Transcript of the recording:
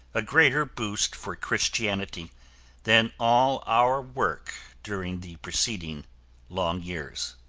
a greater boost for christianity than all our work during the preceding long years.